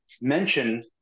mention